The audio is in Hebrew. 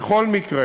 בכל מקרה,